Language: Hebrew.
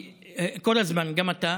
כל הזמן, גם אתה,